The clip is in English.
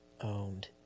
owned